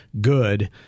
good